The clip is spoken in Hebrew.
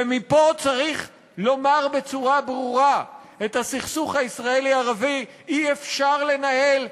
ומפה צריך לומר בצורה ברורה: את הסכסוך הישראלי ערבי אי-אפשר לנהל.